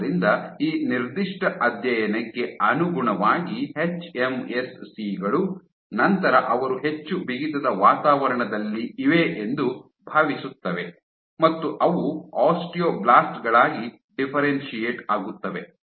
ಆದ್ದರಿಂದ ಈ ನಿರ್ದಿಷ್ಟ ಅಧ್ಯಯನಕ್ಕೆ ಅನುಗುಣವಾಗಿ ಎಚ್ಎಂಎಸ್ಸಿ ಗಳು ನಂತರ ಅವರು ಹೆಚ್ಚು ಬಿಗಿತದ ವಾತಾವರಣದಲ್ಲಿ ಇವೆ ಎಂದು ಭಾವಿಸುತ್ತವೆ ಮತ್ತು ಅವು ಆಸ್ಟಿಯೋಬ್ಲಾಸ್ಟ್ ಗಳಾಗಿ ಡಿಫ್ಫೆರೆನ್ಶಿಯೇಟ್ ಆಗುತ್ತವೆ